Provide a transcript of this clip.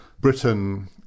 Britain